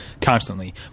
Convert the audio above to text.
constantly